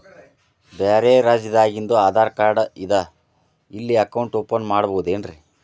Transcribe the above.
ಬ್ಯಾರೆ ರಾಜ್ಯಾದಾಗಿಂದು ಆಧಾರ್ ಕಾರ್ಡ್ ಅದಾ ಇಲ್ಲಿ ಅಕೌಂಟ್ ಓಪನ್ ಮಾಡಬೋದೇನ್ರಿ?